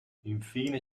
infine